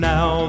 Now